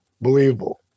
believable